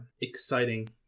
exciting